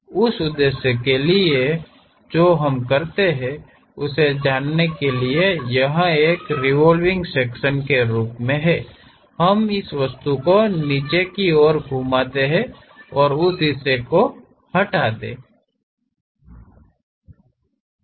उस उद्देश्य के लिए जो हम करते हैं उसे जानने के लिए यह एक रिवोलविंग सेक्शन के रूप में है हम इस वस्तु को नीचे की ओर घुमाते हैं उस हिस्से को हटा दें